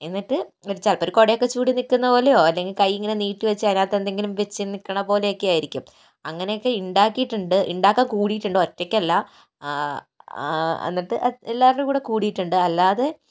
എന്നിട്ട് ഒരു ചിലപ്പോൾ ഒരു കുടയൊക്കെ ചൂടി നിൽക്കുന്ന പോലെയോ അല്ലെങ്കിൽ കൈ ഇങ്ങനെ നീട്ടി വെച്ച് അതിനകത്ത് എന്തെങ്കിലും വെച്ച് നിൽക്കണ പോലെയൊക്കെ ആയിരിക്കും അങ്ങനെയൊക്കെ ഉണ്ടാക്കിയിട്ടുണ്ട് ഉണ്ടാക്കാൻ കൂടിയിട്ടുണ്ട് ഒറ്റയ്ക്കല്ല എന്നിട്ട് എല്ലാരുടേയും കൂടെ കൂടിയിട്ടുണ്ട് അല്ലാതെ